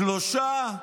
שלושה.